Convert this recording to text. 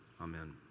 Amen